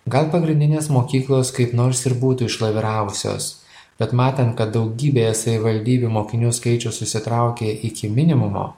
gal pagrindinės mokyklos kaip nors ir būtų išlaviravusios bet matant kad daugybėje savivaldybių mokinių skaičius susitraukė iki minimumo